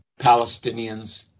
Palestinians